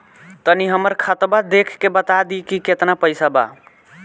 तनी हमर खतबा देख के बता दी की केतना पैसा बा?